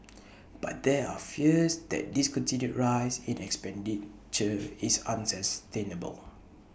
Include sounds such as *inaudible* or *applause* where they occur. but there are fears that this continued rise in *unintelligible* is unsustainable